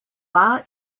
war